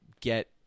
get